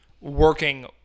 working